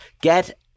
Get